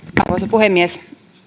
puhemies